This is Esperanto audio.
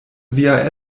via